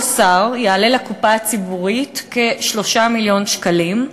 כל שר יעלה לקופה הציבורית כ-3 מיליון שקלים.